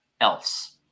else